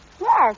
Yes